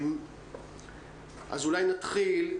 נתחיל עם